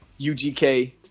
ugk